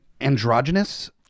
androgynous